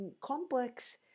complex